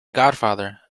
godfather